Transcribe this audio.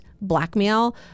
blackmail